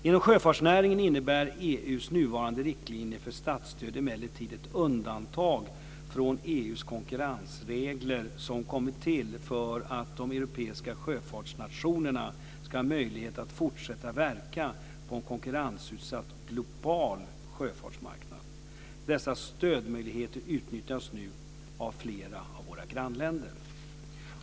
Inom sjöfartsnäringen innebär EU:s nuvarande riktlinjer för statsstöd emellertid ett undantag från EU:s konkurrensregler som kommit till för att de europeiska sjöfartsnationerna ska ha möjlighet att fortsätta verka på en konkurrensutsatt global sjöfartsmarknad. Dessa stödmöjligheter utnyttjas nu av flera av våra grannländer.